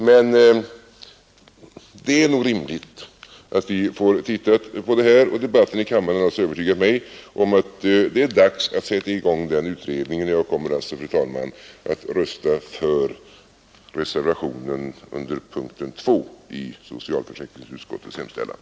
Men det är nog rimligt att vi får titta på det här, och debatten i kammaren har övertygat mig om att det är dags att sätta i gång den utredningen, och jag kommer alltså, fru talman, att rösta för reservationen under punkten 2 i socialförsäkringsutskottets hemställan.